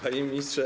Panie Ministrze!